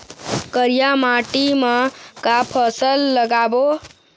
करिया माटी म का फसल लगाबो?